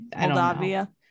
Moldavia